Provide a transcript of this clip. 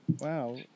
Wow